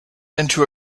into